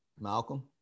Malcolm